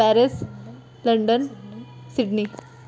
Paris London Sydney